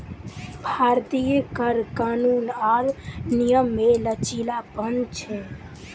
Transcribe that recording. भारतीय कर कानून आर नियम मे लचीलापन छै